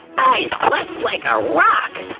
i slept like a rock!